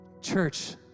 church